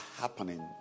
happening